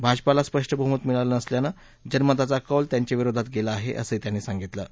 भाजपाला स्पष्ट बहुमत मिळालं नसल्यानं जनमताचा कौल त्यांच्या विरोधात गेला आहे असंही त्यांनी सांगितलं आहे